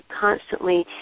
constantly